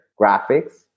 graphics